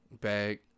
bag